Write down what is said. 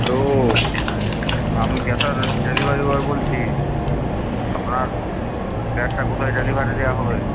hello আমি গ্যাসের delivery boy বলছি আপনার গ্যাসটা কোথায় ডেলিভারি দেওয়া হবে